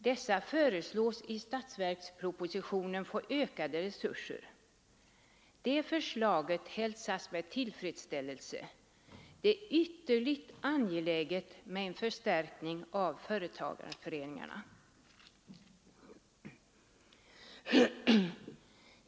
Dessa föreslås i statsverkspropositionen få ökade resurser. Det förslaget hälsas med tillfredsställelse — det är ytterligt angeläget med en förstärkning av företagarföreningarna.